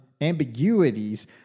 ambiguities